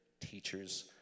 teachers